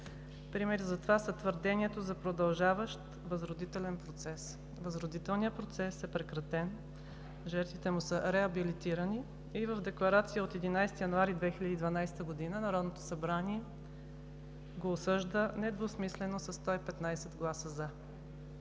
Примери за това са твърдението за продължаващ възродителен процес. Възродителният процес е прекратен, жертвите му са реабилитирани и в декларация от 11 януари 2012 г. Народното събрание го осъжда недвусмислено със 115 гласа „за“.